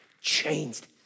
changed